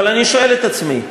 אבל אני שואל את עצמי,